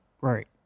Right